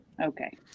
Okay